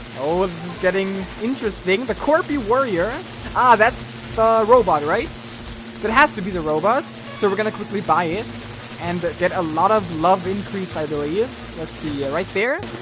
no. this is getting interesting the corby warrior ah that's the robot right that has to be the robot so we're gonna quickly buy it and get a lot of love increase. i believe let's see yeah, right there.